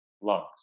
lungs